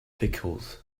pickles